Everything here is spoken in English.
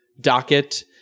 docket